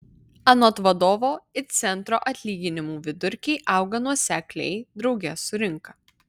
anot vadovo it centro atlyginimų vidurkiai auga nuosekliai drauge su rinka